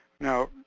Now